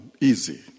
easy